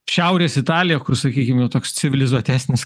šiaurės italija kur sakykim nu toks civilizuotesnis